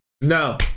no